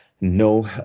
no